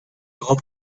grand